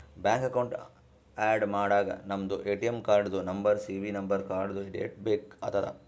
bank account add ಮಾಡಾಗ ನಮ್ದು ATM ಕಾರ್ಡ್ದು ನಂಬರ್ ಸಿ.ವಿ ನಂಬರ್ ಕಾರ್ಡ್ದು ಡೇಟ್ ಬೇಕ್ ಆತದ್